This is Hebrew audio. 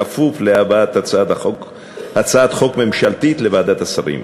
בכפוף להבאת הצעת חוק ממשלתית לוועדת השרים.